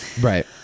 right